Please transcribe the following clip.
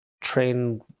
train